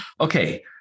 Okay